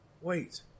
wait